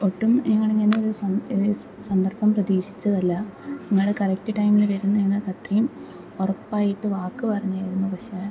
ഒട്ടും ഞങ്ങൾ ഇങ്ങനെ സം സന്ദർഭം പ്രതീക്ഷിച്ചതല്ല നിങ്ങൾ കറക്റ്റ് ടൈമിൽ വരും ഞാനത് അത്രയും ഉറപ്പായിട്ടും വാക്ക് പറഞ്ഞതായിരുന്നു പക്ഷേ